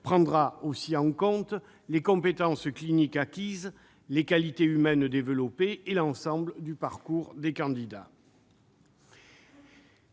prendra également en compte les compétences cliniques acquises, les qualités humaines développées et l'ensemble du parcours des candidats.